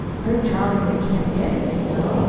her charlie's at camp devens, you know.